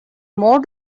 more